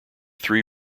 three